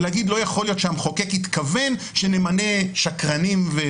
ולהגיד: לא יכול להיות שהמחוקק התכוון שנמנה שקרנים.